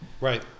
Right